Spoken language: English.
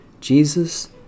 Jesus